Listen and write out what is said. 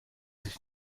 sich